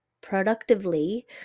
productively